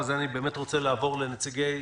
הזה אני רוצה לעבור לנציגי